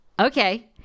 Okay